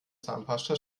zahnpasta